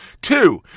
Two